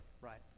Right